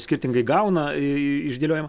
skirtingai gauna išdėliojama